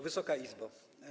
Wysoka Izbo!